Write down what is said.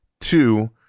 two